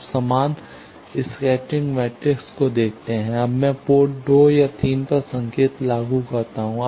आप समान scattering matrix को देखते हैं अब मैं पोर्ट 2 और 3 पर संकेत लागू करता हूं